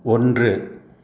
ஒன்று